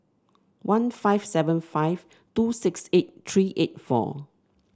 one five seven five two six eight three eight four